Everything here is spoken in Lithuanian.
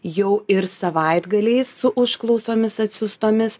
jau ir savaitgaliais su užklausomis atsiųstomis